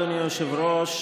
אדוני היושב-ראש,